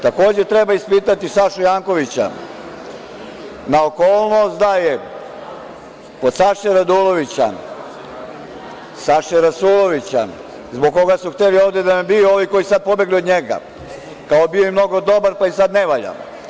Takođe, treba ispitati Sašu Jankovića na okolnost da je kod Saše Radulovića, Saše rasulovića, zbog koga su hteli ovde da me biju ovi koji su sada pobegli od njega, kao bio im mnogo dobar pa im sada ne valja…